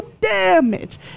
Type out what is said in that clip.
damage